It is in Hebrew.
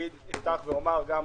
אפתח ואומר שגם